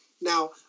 Now